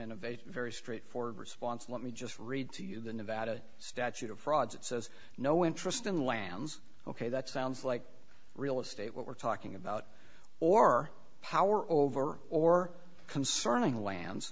a very straightforward response let me just read to you the nevada statute of frauds it says no interest in lands ok that sounds like real estate what we're talking about or power over or concerning lands